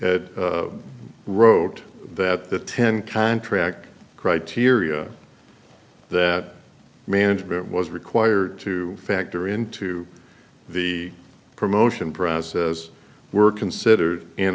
had wrote that the ten contract criteria that management was required to factor into the promotion brown says were considered an